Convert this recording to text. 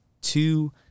two